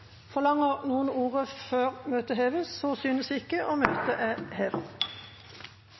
Forlanger noen ord før møtet heves? – Møtet er hevet.